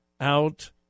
out